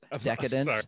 Decadent